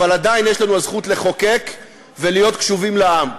אבל עדיין יש לנו הזכות לחוקק ולהיות קשובים לעם.